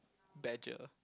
badger